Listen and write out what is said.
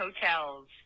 hotels